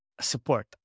support